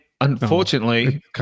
unfortunately